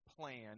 plan